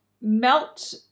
Melt